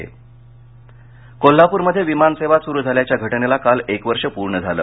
उडान कोल्हापर कोल्हाप्रमध्ये विमान सेवा सुरू झाल्याच्या घटनेला काल एक वर्ष पूर्ण झालं